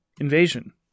invasion